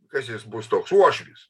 kas jis bus toks uošvis